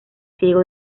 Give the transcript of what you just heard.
ciego